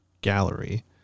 gallery